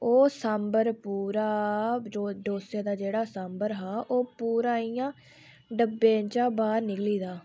ओह् सांभर पूरा ओह् डोसे दा जेह्ड़ा पूरा सांभर हा ओह् पूरा इ'यां डब्बें चा बाहर निकली गेदा